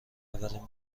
اولین